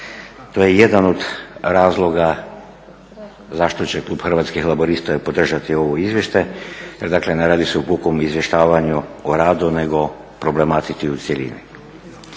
To je jedan od razloga zašto će klub Hrvatskih laburista i podržati ovo izvješće, jer dakle ne radi se o pukom izvještavanju o radu nego problematici u cjelini.